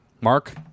Mark